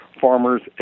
Farmers